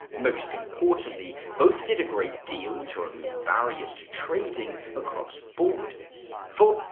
most importantly, both did a great deal to remove barriers to trading across borders. for,